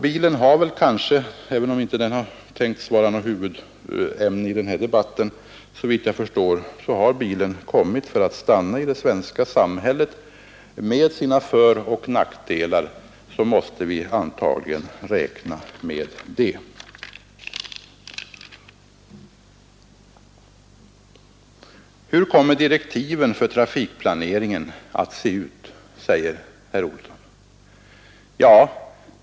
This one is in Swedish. Bilen har, även om den inte var tänkt att bli huvudämne i denna debatt såvitt jag förstår, kommit för att stanna i det svenska samhället, med alla sina fördelar och nackdelar. Det måste vi antagligen räkna med. Hur kommer direktiven för trafikplaneringen att se ut?, undrar herr Olsson.